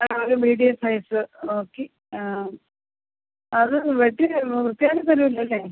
ആ ഒരു medium size നോക്കി അത് വെട്ടി മുറിച്ചാൽ തരുവല്ലോല്ലേ